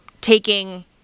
taking